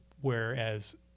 whereas